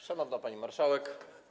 Szanowna Pani Marszałek!